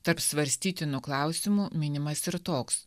tarp svarstytinų klausimų minimas ir toks